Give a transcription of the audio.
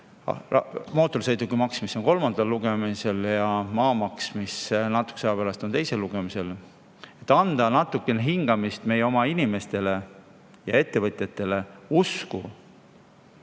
mootorsõidukimaks, mis on kolmandal lugemisel, ja maamaks, mis natukese aja pärast on teisel lugemisel. Tuleks anda natukene hingamist meie inimestele ja ettevõtjatele, usku,